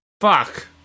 Fuck